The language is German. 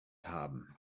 haben